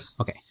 Okay